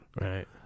right